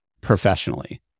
professionally